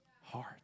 heart